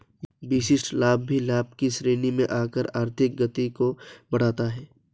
विशिष्ट लाभ भी लाभ की श्रेणी में आकर आर्थिक गति को बढ़ाता है